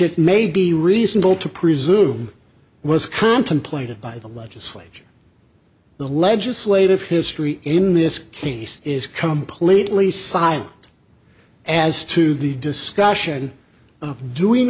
it may be reasonable to presume was contemplated by the legislature the legislative history in this case is completely silent as to the discussion of doing